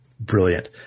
Brilliant